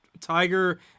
tiger